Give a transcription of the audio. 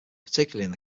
particularly